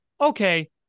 Okay